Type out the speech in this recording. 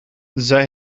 zij